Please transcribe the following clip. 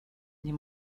nie